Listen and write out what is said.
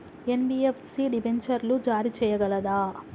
NBFC డిబెంచర్లు జారీ చేయగలదా?